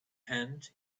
hand